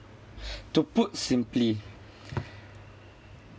to put simply